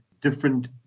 different